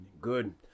Good